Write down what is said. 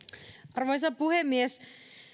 arvoisa puhemies